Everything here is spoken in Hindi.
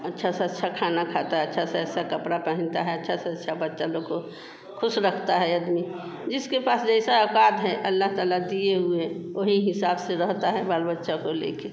अच्छा से अच्छा खाना खाते हैं अच्छे से अच्छे कपड़े पहनते हैं अच्छे से अच्छे बच्चे लोग को ख़ुश रखते हैं अदमी जिसके पास जैसी औक़ात है अल्लाह तआला दिए हुए वही हिसाब से रहता है बाल बच्चों को लेकर